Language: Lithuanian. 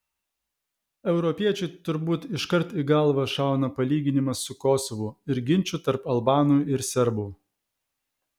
europiečiui turbūt iškart į galvą šauna palyginimas su kosovu ir ginču tarp albanų ir serbų